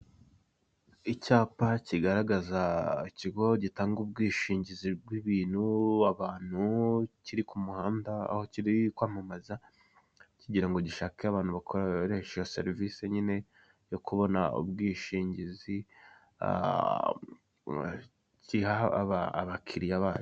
Icyapa kigaragaza ikigo gitanga ubwishingizi bw'ibintu, abantu. Kiri ku muhanda, aho kiri kwamamaza. Kigirango gishake abantu bakoresha iyo serivise nyine yo kubona ubwishingizi, giha aba kiriya bacyo.